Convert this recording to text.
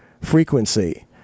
frequency